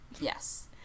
Yes